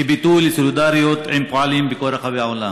כביטוי לסולידריות עם פועלים בכל רחבי העולם.